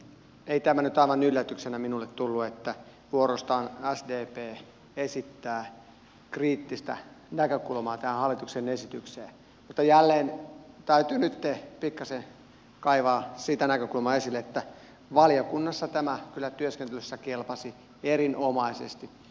ei tämä nyt aivan yllätyksenä minulle tullut että vuorostaan sdp esittää kriittistä näkökulmaa tähän hallituksen esitykseen mutta jälleen täytyy nyt pikkasen kaivaa esille sitä näkökulmaa että valiokunnassa tämä kyllä työskentelyssä kelpasi erinomaisesti